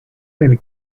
del